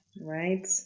Right